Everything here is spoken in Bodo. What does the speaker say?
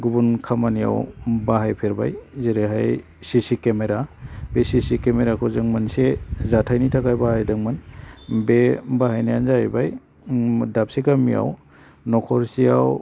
गुबुन खामानियाव बाहायफेरबाय जेरैहाय सिसि केमेरा बे सिसि केमेराखौ जों मोनसे जाथायनि थाखाय बाहायदोंमोन बे बाहायनायानो जाहैबाय दाबसे गामियाव न'खरसेआव